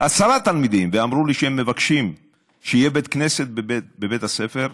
עשרה תלמידים ואמרו לי שהם מבקשים שיהיה בית כנסת בבית הספר,